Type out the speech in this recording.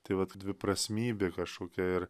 tai vat dviprasmybė kažkokia ir